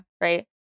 right